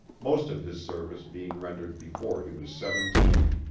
most of his service being rendered before he was seventeen.